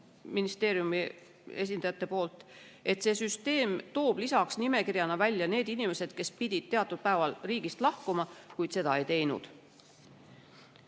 ministeeriumi esindajad ka komisjonis: süsteem toob nimekirjana välja need inimesed, kes pidid teatud päeval riigist lahkuma, kuid ei teinud